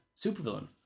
supervillain